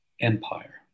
empire